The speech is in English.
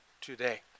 today